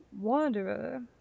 Wanderer